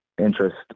interest